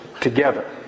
together